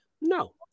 no